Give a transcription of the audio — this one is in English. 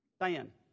Diane